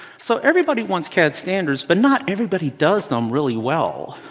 so everybody wants cad standards, but not everybody does them really well.